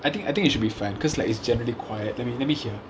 I think I think it should be fine because like it's generally quiet let me let me hear